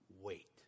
Wait